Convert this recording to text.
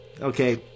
okay